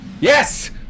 Yes